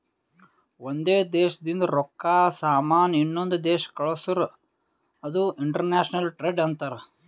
ಒಂದ್ ದೇಶದಿಂದ್ ರೊಕ್ಕಾ, ಸಾಮಾನ್ ಇನ್ನೊಂದು ದೇಶಕ್ ಕಳ್ಸುರ್ ಅದು ಇಂಟರ್ನ್ಯಾಷನಲ್ ಟ್ರೇಡ್ ಅಂತಾರ್